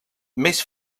més